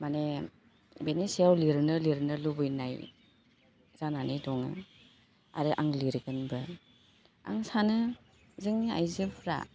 माने बेनि सायाव लिरनो लिरनो लुबैनाय जानानै दङ आरो आं लिरगोनबो आं सानो जोंनि आइजोफ्रा